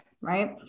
Right